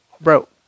bro